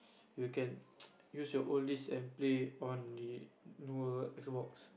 you can use your own disc an play on the newer X-box